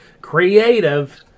creative